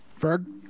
Ferg